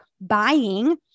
buying